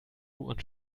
und